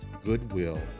goodwill